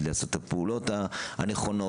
לעשות תא הפעולות הנכונות,